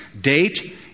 Date